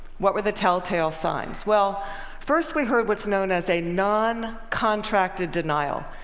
what were the telltale signs? well first we heard what's known as a non-contracted denial.